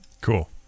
Cool